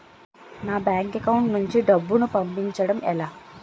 నా bank account నుంచి డబ్బును పంపించడం ఎలా?